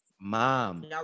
Mom